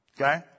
Okay